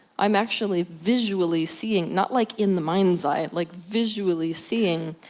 i'm actually visually seeing, not like in the mind's eye, like visually seeing,